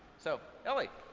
so ellie.